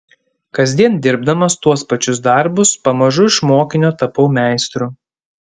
kasdien dirbdamas tuos pačius darbus pamažu iš mokinio tapau meistru